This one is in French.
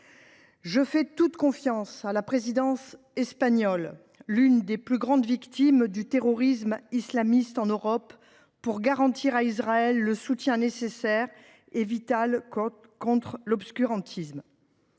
Je fais toute confiance à la présidence espagnole, issue d’un des pays qui a le plus souffert du terrorisme islamiste en Europe, pour garantir à Israël un soutien nécessaire et vital contre l’obscurantisme.